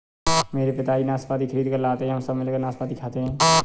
मेरे पिताजी नाशपाती खरीद कर लाते हैं हम सब मिलकर नाशपाती खाते हैं